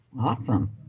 awesome